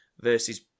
versus